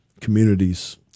communities